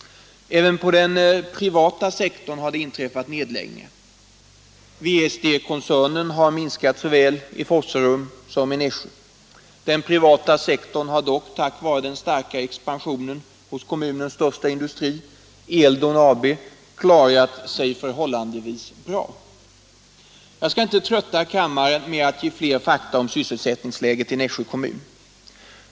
Även på den privata sektorn har det inträffat nedläggningar. WST koncernen har minskat såväl i Forserum som i Nässjö. Den privata sektorn har dock tack vare den starka expansionen hos kommunens största industri, Eldon AB, klarat sig förhållandevis bra. Jag skall inte trötta kammaren med att ge fler fakta om sysselsättningsläget i Nässjö kommun.